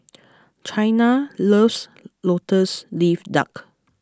Chyna loves Lotus Leaf Duck